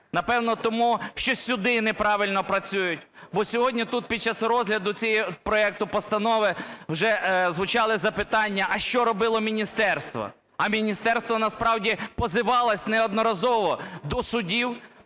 Напевно тому, що суди неправильно працюють. Бо сьогодні тут, під час розгляду цього проекту постанови, вже звучали запитання, а що робило міністерство. А міністерство насправді позивалось неодноразово до судів,